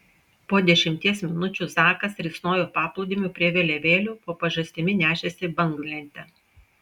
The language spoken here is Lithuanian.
po dešimties minučių zakas risnojo paplūdimiu prie vėliavėlių po pažastimi nešėsi banglentę